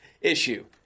issue